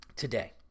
today